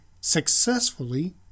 successfully